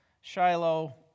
Shiloh